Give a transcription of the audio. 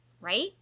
Right